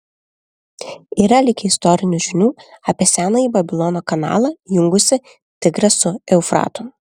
yra likę istorinių žinių apie senąjį babilono kanalą jungusį tigrą su eufratu